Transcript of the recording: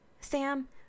Sam